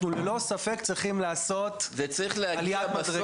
אנחנו ללא ספק צריכים לעשות עליית מדרגה.